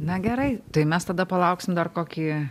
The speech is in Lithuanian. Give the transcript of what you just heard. na gerai tai mes tada palauksim dar kokį